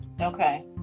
okay